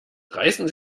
reißen